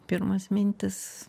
pirmos mintys